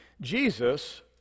Jesus